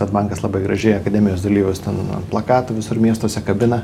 sved bankas labai gražiai akademijos dalyvius ten ant plakatų visur miestuose kabina